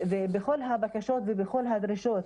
ובכל הבקשות ובכל הדרישות.